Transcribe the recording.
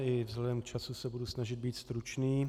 I vzhledem k času se budu snažit být stručný.